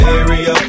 area